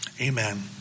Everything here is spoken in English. Amen